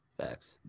facts